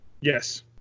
Yes